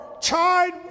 chide